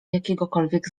jakiegokolwiek